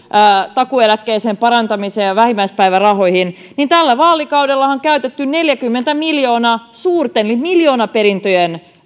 takuu eläkkeen parantamiseen ja vähimmäispäivärahoihin niin tällä vaalikaudellahan on käytetty neljäkymmentä miljoonaa suurten miljoonaperintöjen